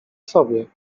sobie